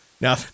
now